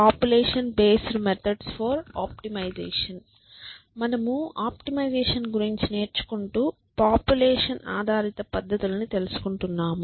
population based methods for optimisation మనము optimisation గురించి నేర్చుకుంటూ పాపులేషన్ ఆధారిత పద్ధతులను తెలుసుకుంటున్నాము